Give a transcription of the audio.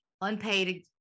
unpaid